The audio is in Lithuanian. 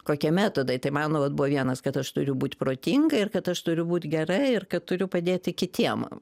kokie metodai tai mano vat buvo vienas kad aš turiu būt protinga ir kad aš turiu būt gera ir kad turiu padėti kitiem